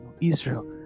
israel